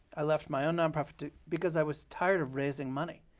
i left my own nonprofit because i was tired of raising money,